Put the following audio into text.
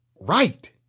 right